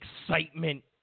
excitement